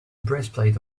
breastplate